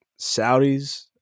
Saudis